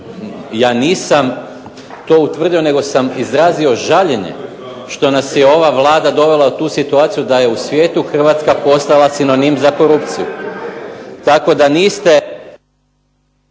ja nisam to utvrdio nego sam izrazio žaljenje što nas je ova Vlada dovela u tu situaciju da je u svijetu Hrvatska postala sinonim za korupciju. Tako da niste